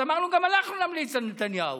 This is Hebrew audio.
אז אמרנו שגם אנחנו נמליץ על נתניהו.